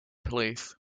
place